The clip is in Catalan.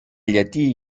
llatí